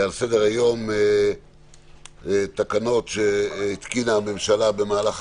על סדר-היום תקנות שהתקינה הממשלה במהלך